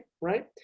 right